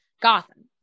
Gotham